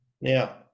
Now